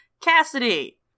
Cassidy